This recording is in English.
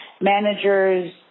managers